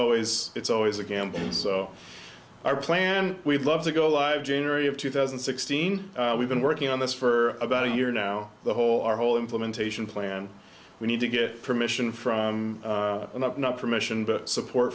always it's always a gamble and so our plan we'd love to go live january of two thousand and sixteen we've been working on this for about a year now the whole our whole implementation plan we need to get permission from permission but support